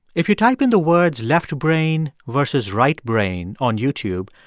if you type in the words left brain versus right brain on youtube,